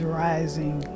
rising